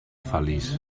feliç